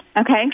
Okay